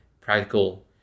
practical